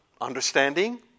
understanding